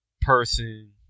person